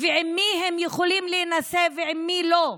ועם מי הם יכולים להינשא ועם מי לא,